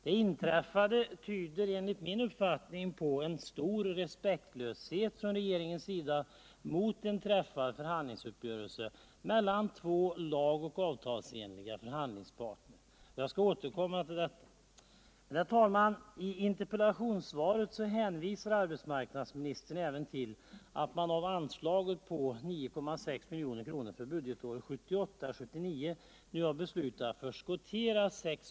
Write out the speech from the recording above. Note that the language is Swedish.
Det inträffade tyder enligt min uppfattning på en stor respektlöshet från regeringens sida mot en träffad förhandlingsuppgörelse mellan två lag och avtalsenliga förhandlingsparter. Jag skall återkomma till detta.